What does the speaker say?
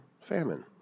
famine